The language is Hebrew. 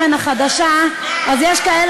תודה רבה.